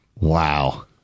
wow